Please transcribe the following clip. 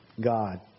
God